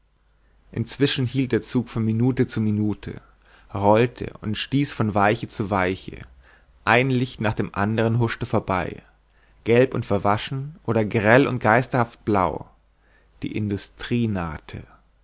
inzwischen hielt der zug von minute zu minute rollte und stieß von weiche zu weiche ein licht nach dem andern huschte vorbei gelb und verwaschen oder grell und geisterhaft blau die industrie nahte